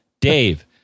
Dave